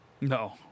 No